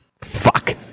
Fuck